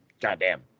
Goddamn